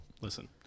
listen